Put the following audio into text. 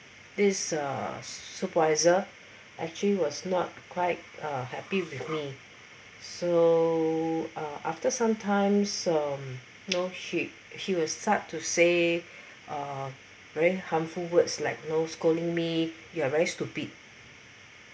this uh supervisor actually was not quite uh happy with me so uh after sometimes you know he he was start to say a very harmful words like you know scolding me you are very stupid